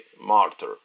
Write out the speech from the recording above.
martyr